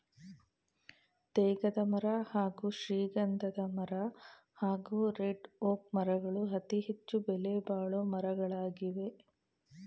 ತೇಗದಮರ ಹಾಗೂ ಶ್ರೀಗಂಧಮರ ಹಾಗೂ ರೆಡ್ಒಕ್ ಮರಗಳು ಅತಿಹೆಚ್ಚು ಬೆಲೆಬಾಳೊ ಮರಗಳಾಗವೆ